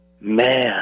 man